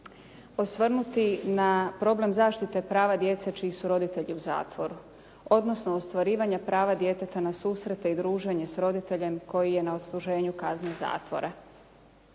osvrnuti na problem zaštite prava djece čiji su roditelji u zatvoru odnosno ostvarivanja prava djeteta na susrete i druženje s roditeljem koji je na odsluženju kazne zatvora.